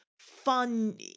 Fun